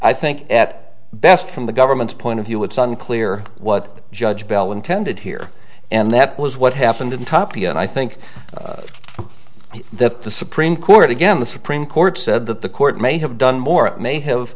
i think at best from the government's point of view it's unclear what judge bell intended here and that was what happened in tapia and i think that the supreme court again the supreme court said that the court may have done more it may have